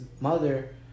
Mother